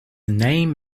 name